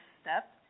step